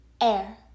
air